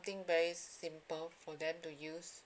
very simple for them to use